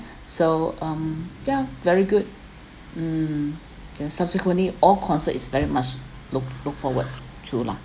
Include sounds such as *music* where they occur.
*breath* so um yeah very good mm the subsequently all concert is very much look look forward too lah